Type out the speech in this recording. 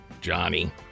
Johnny